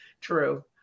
True